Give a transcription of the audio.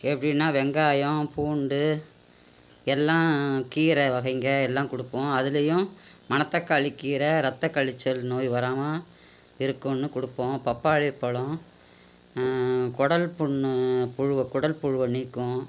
எப்படின்னா வெங்காயம் பூண்டு எல்லாம் கீரை வகைங்க எல்லாம் கொடுப்போம் அதுலையும் மணத்தக்காளி கீரை ரத்த கழிச்சல் நோய் வராம இருக்குன்னு கொடுப்போம் பப்பாளிப் பழம் குடல்புன்னு புழுவை குடல் புழுவை நீக்கும்